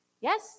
Yes